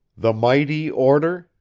the mighty order,